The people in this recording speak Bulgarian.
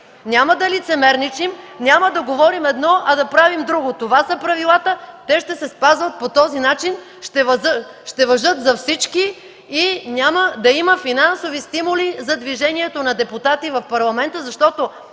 Няма да лицемерничим – няма да говорим едно, а да правим друго. Това са правилата, те ще се спазват по този начин, ще важат за всички и няма да има финансови стимули за движението на депутати в Парламента, защото